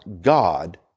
God